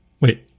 Wait